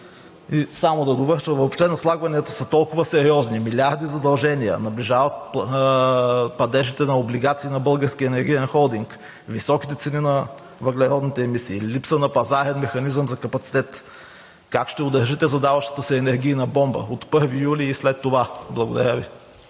И само да довърша. Въобще наслагванията са толкова сериозни – милиарди задължения, наближават падежите на облигации на „Български енергиен холдинг“, високите цени на въглеродните емисии, липса на пазарен механизъм за капацитет. Как ще удържите задаващата се енергийна бомба от 1 юли и след това? Благодаря Ви.